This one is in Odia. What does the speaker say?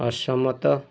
ଅସମତ